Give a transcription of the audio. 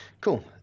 cool